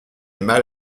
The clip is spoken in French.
mal